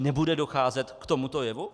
Nebude docházet k tomuto jevu?